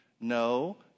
No